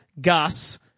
Gus